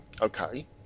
Okay